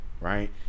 right